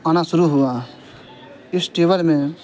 آنا شروع ہوا اس ٹیول میں